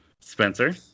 Spencer